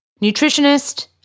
nutritionist